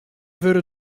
wurde